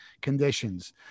conditions